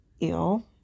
ill